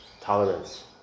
tolerance